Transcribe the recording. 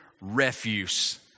refuse